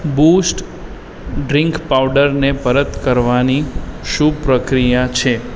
boost drink પાઉડરને પરત કરવાની શું પ્રક્રિયા છે